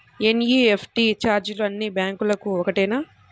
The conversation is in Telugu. ఎన్.ఈ.ఎఫ్.టీ ఛార్జీలు అన్నీ బ్యాంక్లకూ ఒకటేనా?